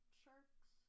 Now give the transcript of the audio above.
sharks